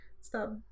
Stop